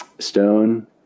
Stone